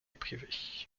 privée